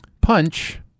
Punch